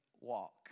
walk